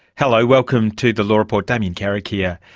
hello, welcome to the law report, damien carrick here.